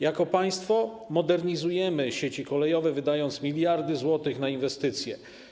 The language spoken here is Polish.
Jako państwo modernizujemy sieci kolejowe, wydając miliardy złotych na inwestycje.